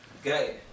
Okay